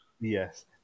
Yes